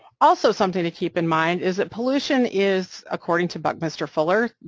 also something to keep in mind is that pollution is, according to buckminster fuller,